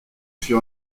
fut